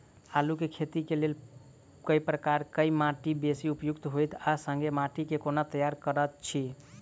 आलु केँ खेती केँ लेल केँ प्रकार केँ माटि बेसी उपयुक्त होइत आ संगे माटि केँ कोना तैयार करऽ छी?